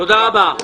תודה רבה.